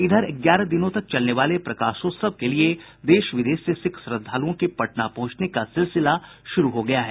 इधर ग्यारह दिनों तक चलने वाले प्रकाशोत्सव के लिये देश विदेश से सिख श्रद्धालुओं के पटना पहुंचने का सिलसिला शुरू हो गया है